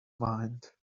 mind